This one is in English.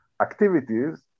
activities